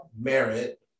merit